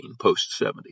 post-70